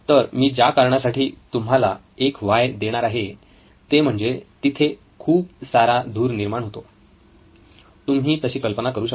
तर मी ज्या कारणासाठी तुम्हाला एक व्हाय देणार आहे ते कारण म्हणजे तिथे खूप सारा धूर निर्माण होतो तुम्ही तशी कल्पना करू शकता